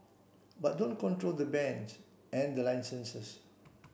but don't control the bands and the licenses